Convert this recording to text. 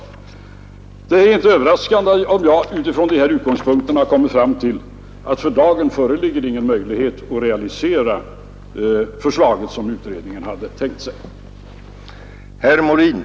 Det är inte överraskande om jag från dessa utgångspunkter kommer fram till att det för dagen inte finns någon möjlighet att realisera det förslag som utredningen avgivit.